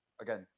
again